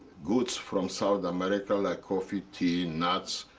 goods from south america, like coffee, tea, nuts,